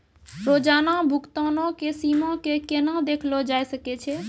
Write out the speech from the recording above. रोजाना भुगतानो के सीमा के केना देखलो जाय सकै छै?